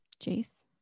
jace